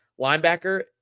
linebacker